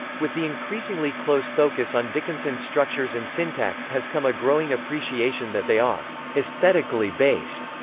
with the increasingly close focus on dickinson's structures and syntax has come a growing appreciation that they are aesthetically based.